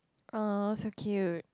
!aww! so cute